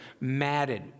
matted